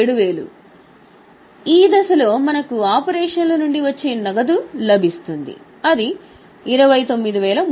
కాబట్టి ఈ దశలో మనకు ఆపరేషన్ల నుండి వచ్చే నగదు లభిస్తుంది అది 29300